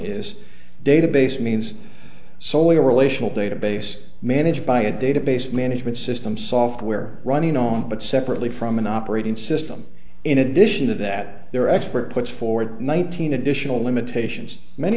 is database means solely a relational database managed by a database management system software running on but separately from an operating system in addition to that their expert puts forward one thousand additional limitations many